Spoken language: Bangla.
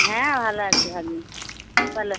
হ্যাঁ ভালো আছে ভাগনি বলো